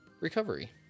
recovery